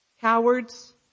Cowards